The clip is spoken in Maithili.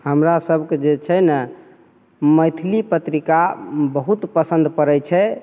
हमरा सबके जे छै ने मैथिली पत्रिका बहुत पसन्द परै छै